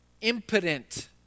impotent